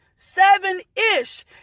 seven-ish